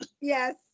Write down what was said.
Yes